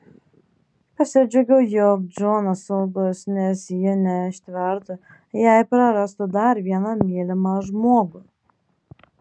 pasidžiaugė jog džonas saugus nes ji neištvertų jei prarastų dar vieną mylimą žmogų